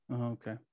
okay